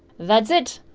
that's it!